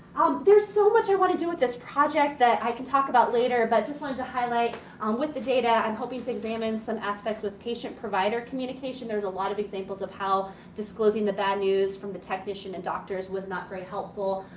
so much i wanna to do with this project that i can talk about later. but i just wanted to highlight um with the data i'm hoping examine some aspects with patient provider communication. there's a lot of examples of how disclosing the bad news from the technician and doctors was not very helpful.